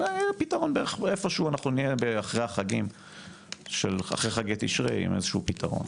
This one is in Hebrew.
בערך איפה שהוא אחרי חגי תשרי נהיה עם איזשהו פתרון.